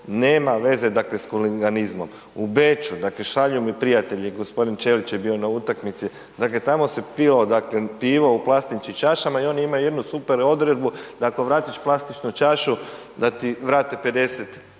nema veze sa huliganizmom. U Beču šalju mi prijatelji, g. Ćelić je bio na utakmici, dakle tamo se pilo pivu u plastičnim čašama i oni imaju jednu super odredbu da ako vratiš plastičnu čašu, da ti vrati 50